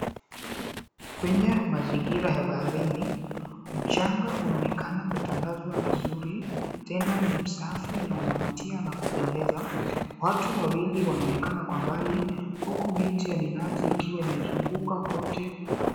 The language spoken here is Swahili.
Kwenye mazingira ya baharini mchanga unaonekana kutandazwa vizuri tena ni msafi unavutia na kuna kupendeza, watu wawili wanaonekana kwa mbali huku miti ya minazi ikiwa imezunguka kwote.